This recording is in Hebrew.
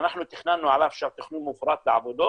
אנחנו תכננו עליו עכשיו תכנון מפורט לעבודות,